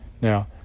Now